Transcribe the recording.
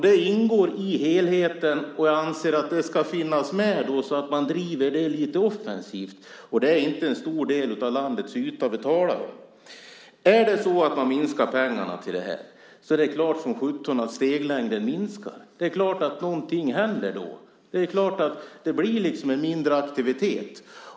Det ingår i helheten, och jag anser att det ska finnas med så att man driver det lite offensivt. Det är inte en stor del av landets yta vi talar om. Är det så att man minskar pengarna till det här är det klart som sjutton att steglängden minskar. Det är klart att någonting händer då. Det är klart att det blir en mindre aktivitet.